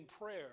prayer